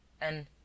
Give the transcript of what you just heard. and